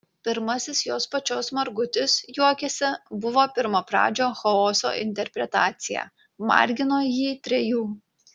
pirmasis jos pačios margutis juokiasi buvo pirmapradžio chaoso interpretacija margino jį trejų